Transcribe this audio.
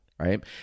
Right